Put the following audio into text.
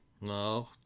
No